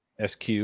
SQ